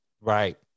Right